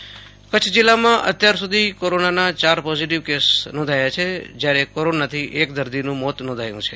ક ચ્છ કોરોના કચ્છ જીલ્લામાં અત્યારસુધી કોરોના ના ચાર પોઝીટીવ કેસ નોંધાયા છે જયારે કોરોનાથી એક દર્દીનું મોત નોંધાયું છે